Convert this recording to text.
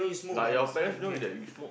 but your parents know that you smoke